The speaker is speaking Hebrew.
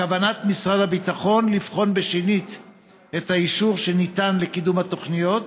האם בכוונת משרד הביטחון לבחון שנית את האישור שניתן לקידום התוכניות